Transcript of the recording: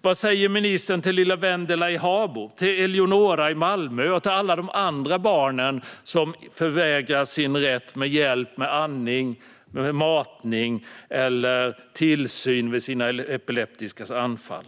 Vad säger ministern till lilla Wendela i Habo, till Eleonora i Malmö och till alla de andra barnen som förvägras sin rätt till hjälp med andning, matning eller tillsyn vid sina epileptiska anfall?